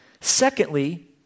Secondly